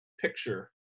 picture